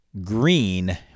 green